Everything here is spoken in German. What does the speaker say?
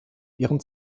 ihren